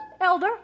Elder